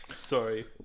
Sorry